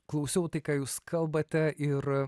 klausiau tai ką jūs kalbate ir